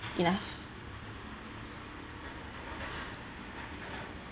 enough